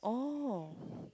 oh